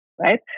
right